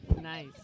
Nice